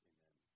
Amen